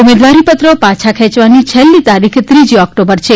ઉમેદવારીપત્રો પાછા ખેંયવાની છેલ્લી તારીખ ત્રીજી ઓકટોબર છે